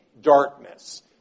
darkness